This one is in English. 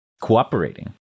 cooperating